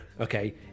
okay